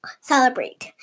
celebrate